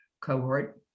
cohort